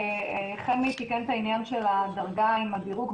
חמי תיקן את העניין של הדרגה והדירוג,